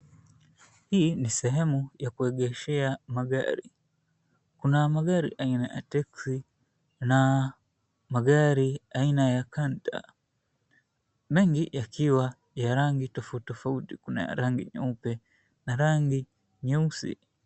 Hii ni sehemu ya kuegeshea magari . Kuna magari aina ya taxi na magari aina ya canter . Mengi yakiwa ya rangi tofauti tofauti. Kuna ya rangi nyeupe na rangi nyeusi.